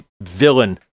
villain